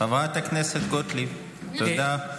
חברת הכנסת גוטליב, תודה.